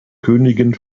königin